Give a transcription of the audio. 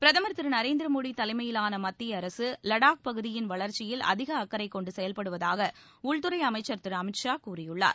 பிரதமர் திரு நரேந்திர மோடி தலைமையிலான மத்திய அரசு வடாக் பகுதியின் வளர்ச்சியில் அதிக அக்கறை கொண்டு செயல்படுவதாக உள்துறை அமைச்சர் திரு அமித் ஷா கூறியுள்ளார்